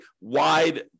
wide